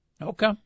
Okay